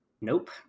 Nope